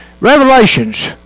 Revelations